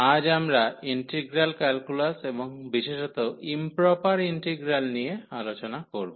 আজ আমরা integral calculus এবং বিশেষত ইম্প্রপার ইন্টিগ্রাল নিয়ে আলোচনা করব